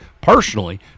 personally